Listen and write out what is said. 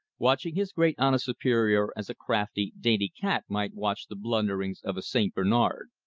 watching his great honest superior as a crafty, dainty cat might watch the blunderings of a st. bernard.